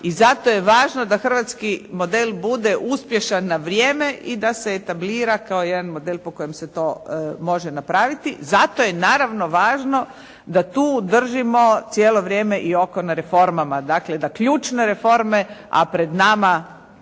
i zato je važno da hrvatski model bude uspješan na vrijeme i da se etablira kao jedan model po kojem se to može napraviti. Zato je naravno važno da tu držimo cijelo vrijeme i oko na reformama. Dakle da ključne reforme, a pred nama